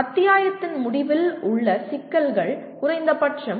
அத்தியாயத்தின் முடிவில் உள்ள சிக்கல்கள் குறைந்தபட்சம் இந்த பி